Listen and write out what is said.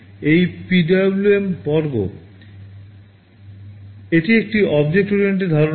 এই PwmOut বর্গ এটি একটি অবজেক্ট ওরিয়েন্টেড ধারণা